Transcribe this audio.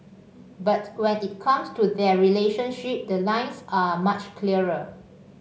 but when it comes to their relationship the lines are much clearer